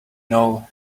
know